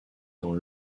dans